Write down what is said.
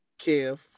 Kev